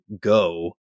go